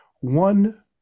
One